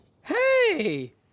Hey